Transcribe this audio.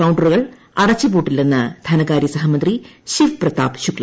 കൌണ്ടറുകൾ അടച്ചു പൂട്ടില്ലെന്ന് ധനകാര്യ സഹമന്ത്രി ശിവ്പ്രതാപ് ശുക്തു